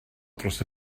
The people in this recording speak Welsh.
dros